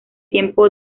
tiempo